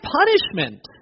punishment